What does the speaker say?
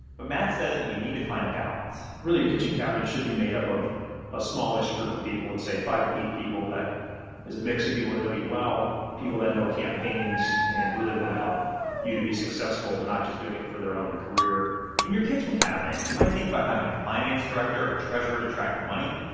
but matt says you need to find a balance really, your kitchen cabinet should be made up of a smallish group of people, let's say five to eight people, that is a mix of people that know you well people that know campaigns and really want to help you to be successful, they're not just doing it for their own career in your kitchen cabinet, you might think about having a finance director or a treasurer to track the money,